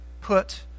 put